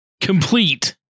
complete